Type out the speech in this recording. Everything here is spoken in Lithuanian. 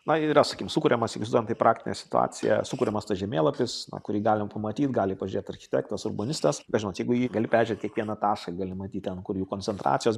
na yra sakykim sukuriamas įsivaizduojam tai praktinė situacija sukuriamas tas žemėlapis kurį galim pamatyt gali pažiūrėt architektas urbanistas bet žinot jeigu jį gali peržiūrėt kiekvieną tašką gali matyt ten kur jų koncentracijos